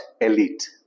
elite